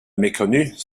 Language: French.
méconnus